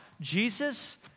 Jesus